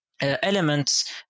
elements